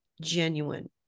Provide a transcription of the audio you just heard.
genuine